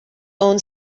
own